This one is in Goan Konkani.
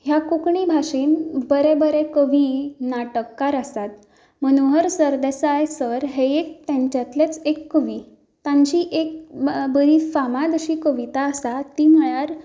ह्या कोंकणी भाशेंत बरे बरे कवी नाटककार आसात मनोहर सरदेसाय सर हे एक तांच्यांतलेच एक कवी तांची एक बरी फामाद अशी कविता आसा ती म्हणल्यार